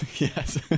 Yes